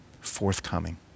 forthcoming